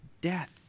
death